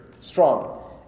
strong